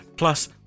Plus